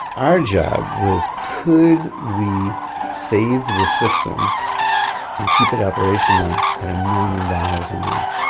our job was, could we save the system and keep it operational at a million dollars a month?